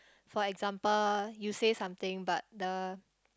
for example you say something but the